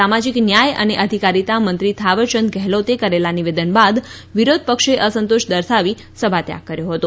સામાજિક ન્યાય અને અધિકારીતા મંત્રી થાવરચંદ ગેહલોતે કરેલા નિવેદન બાદ વિરોધપક્ષે અસંતોષ દર્શાવી સભાત્યાગ કર્યો હતો